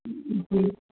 ह्म्म